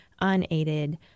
unaided